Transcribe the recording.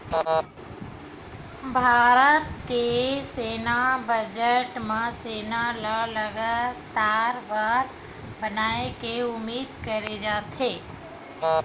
भारत के सैन्य बजट म सेना ल ताकतबर बनाए के उदिम करे जाथे